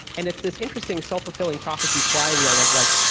and it's this interesting self-fulfilling prophecy flywheel of like,